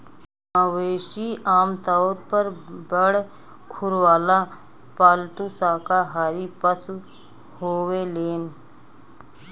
मवेशी आमतौर पर बड़ खुर वाला पालतू शाकाहारी पशु होलेलेन